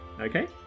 Okay